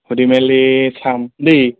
সুধি মেলি চাম দেই